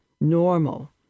Normal